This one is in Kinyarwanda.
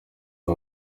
aba